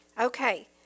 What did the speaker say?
Okay